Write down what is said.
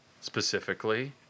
specifically